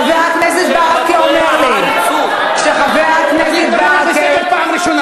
(חבר הכנסת יוני שטבון יוצא מאולם המליאה.)